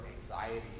anxiety